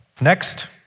Next